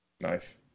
Nice